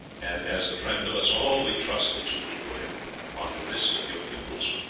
and as the friend of us all we trust that you will put him upon the list of your pupils.